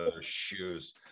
shoes